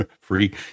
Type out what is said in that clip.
free